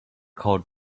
called